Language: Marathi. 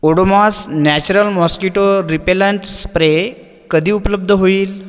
Odomos natural mosquito repellent spray कधी उपलब्ध होईल